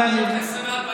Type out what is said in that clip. סליחה,